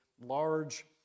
large